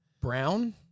Brown